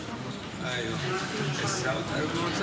לדיון בוועדת הבריאות